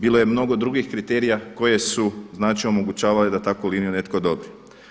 Bilo je mnogo drugih kriterija koje su, znači omogućavale da takvu liniju netko odobri.